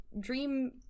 dream